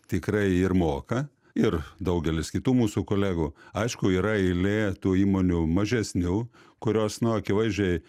tikrai ir moka ir daugelis kitų mūsų kolegų aišku yra eilė tų įmonių mažesnių kurios nu akivaizdžiai